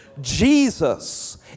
Jesus